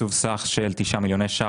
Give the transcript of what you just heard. תקצוב סך של 9 מיליוני שקלים,